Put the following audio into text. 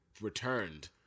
returned